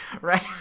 right